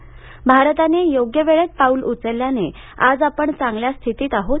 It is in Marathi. भारताने योग्य वेळेत पाऊलं उघलल्याने आज आपण चांगल्या स्थितीत आहोत